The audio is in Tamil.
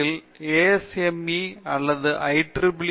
நான் ஒரு பெரிய ஆய்வாளர் என்று கூறி வைக்க முடியாது நான் ஒரு பெரிய ஆய்வாளர்